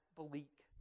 bleak